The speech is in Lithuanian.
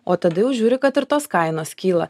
o tada jau žiūri kad ir tos kainos kyla